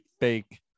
fake